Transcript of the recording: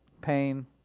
pain